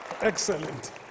Excellent